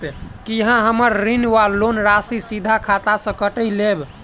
की अहाँ हम्मर ऋण वा लोन राशि सीधा खाता सँ काटि लेबऽ?